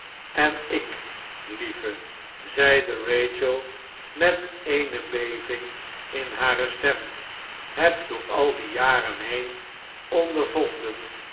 en ik lieve zeide rachel met eene beving in hare stem heb door al die jaren heen ondervonden